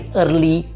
early